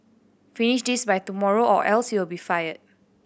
finish this by tomorrow or else you'll be fired